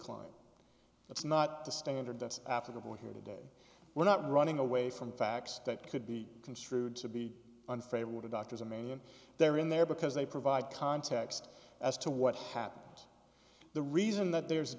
client that's not the standard that's after the boy here today we're not running away from facts that could be construed to be unfavorable to doctors i mean they're in there because they provide context as to what happened the reason that there's